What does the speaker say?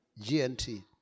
GNT